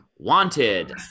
wanted